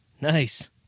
Nice